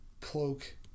Cloak